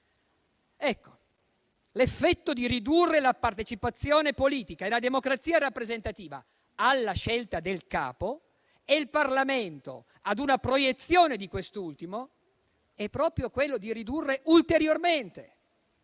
L'effetto di ridurre la partecipazione politica e la democrazia rappresentativa alla scelta del capo e il Parlamento ad una proiezione di quest'ultimo è proprio quello di ridurre ulteriormente